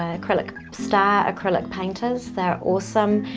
ah acrylic star, acrylic painters they're awesome.